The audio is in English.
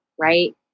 right